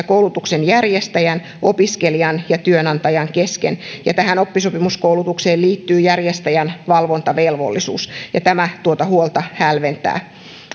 koulutuksen järjestäjän opiskelijan ja työantajan kesken ja tähän oppisopimuskoulutukseen liittyy järjestäjän valvontavelvollisuus ja tämä tuota huolta hälventää